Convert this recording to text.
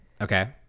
okay